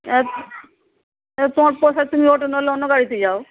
হ্যাঁ পয়সা থাকলে তুমি ওঠো নইলে তুমি অন্য গাড়িতে যাও